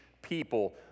people